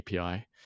API